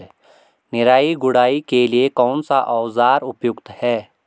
निराई गुड़ाई के लिए कौन सा औज़ार उपयुक्त है?